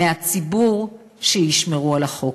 מהציבור, שישמרו על החוק?